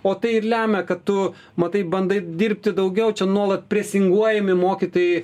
o tai ir lemia kad tu matai bandai dirbti daugiau čia nuolat prisinguojami mokytojai